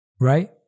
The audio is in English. right